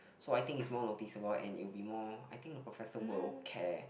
so I think is more noticeable and it would be more I think the professor will care